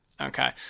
Okay